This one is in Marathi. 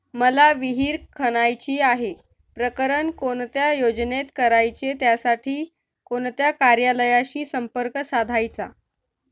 मला विहिर खणायची आहे, प्रकरण कोणत्या योजनेत करायचे त्यासाठी कोणत्या कार्यालयाशी संपर्क साधायचा?